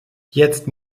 jetzt